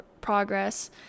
progress